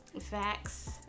Facts